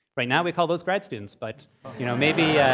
right now we call those grad students, but you know maybe